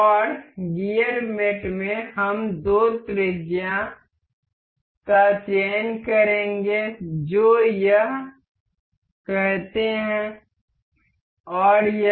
और गियर मेट में हम दो त्रिज्या का चयन करेंगे जो यह कहते हैं और यह